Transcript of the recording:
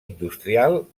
industrial